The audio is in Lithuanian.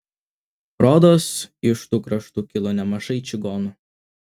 rodos iš tų kraštų kilo nemažai čigonų